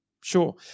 sure